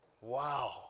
Wow